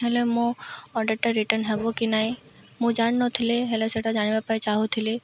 ହେଲେ ମୋ ଅର୍ଡ଼ର୍ଟା ରିଟର୍ଣ୍ଣ ହେବ କି ନାଇଁ ମୁଁ ଜାଣିନଥିଲି ହେଲେ ସେଟା ଜାଣିବା ପାଇଁ ଚାହୁଁଥିଲି